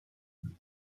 junior